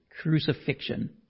crucifixion